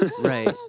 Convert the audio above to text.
right